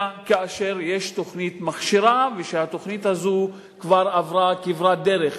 כאשר יש תוכנית מכשירה ושהתוכנית הזאת עברה כברת דרך.